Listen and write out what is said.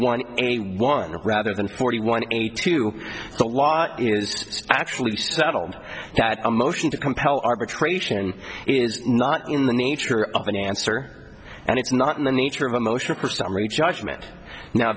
one a one rather than forty one eighty two the law actually settled that a motion to compel arbitration is not in the nature of an answer and it's not in the nature of a motion of her summary judgment now